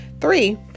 Three